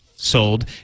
Sold